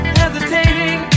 hesitating